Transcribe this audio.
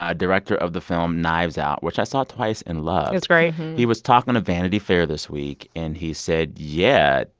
ah director of the film knives out, which i saw twice and loved. it's great. he was talking to vanity fair this week. and he said, yeah,